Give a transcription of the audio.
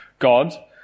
God